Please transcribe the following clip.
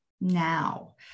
now